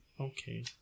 Okay